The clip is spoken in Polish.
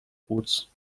płuc